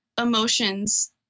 emotions